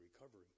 recovery